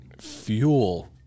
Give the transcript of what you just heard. fuel